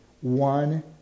one